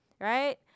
right